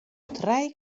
trije